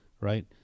right